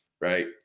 right